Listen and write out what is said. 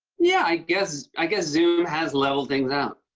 yeah. i guess i guess zoom has leveled things out.